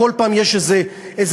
כל פעם יש איזה טיל,